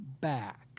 back